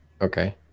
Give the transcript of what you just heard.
Okay